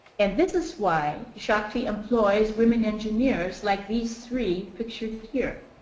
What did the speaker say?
and this is why shakti employs women engineers like these three pictured here.